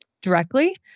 directly